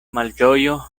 malĝojo